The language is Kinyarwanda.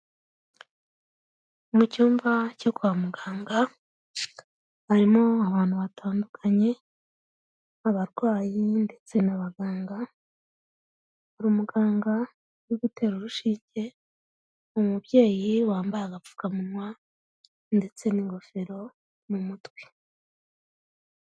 Mu cyumba cyo kwa muganga, harimo abantu batandukanye, abarwayi ndetse n'abaganga, hari umuganga uri gutera urushinge, umubyeyi wambaye agapfukamunwa ndetse n'ingofero mu mutwe.